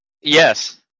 Yes